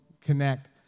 connect